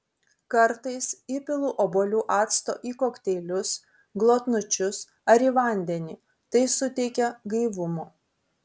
kartais įpilu obuolių acto į kokteilius glotnučius ar į vandenį tai suteikia gaivumo